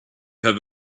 have